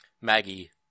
Maggie